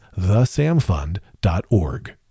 thesamfund.org